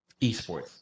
Esports